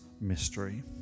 mystery